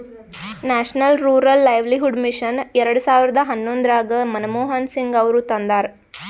national rural livelihood mission ಎರೆಡ ಸಾವಿರದ ಹನ್ನೊಂದರಾಗ ಮನಮೋಹನ್ ಸಿಂಗ್ ಅವರು ತಂದಾರ